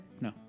No